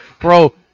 Bro